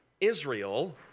Israel